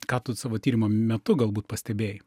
ką tu savo tyrimo metu galbūt pastebėjai